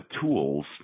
tools